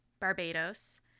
Barbados